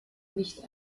nicht